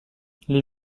les